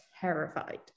terrified